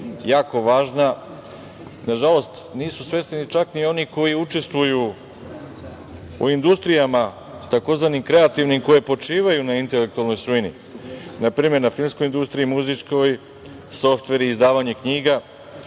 jako važna. Nažalost, nisu svesni čak ni oni koji učestvuju u industrijama tzv. kreativnim koje počivaju na intelektualnoj svojini. Na primer, na filmskoj industriji, muzičkoj, softveri, izdavanja knjiga